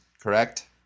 correct